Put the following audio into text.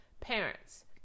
Parents